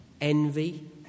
Envy